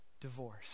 divorce